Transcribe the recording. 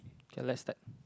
okay let's start